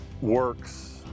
works